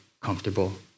comfortable